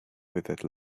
with